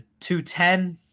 210